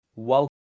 Welcome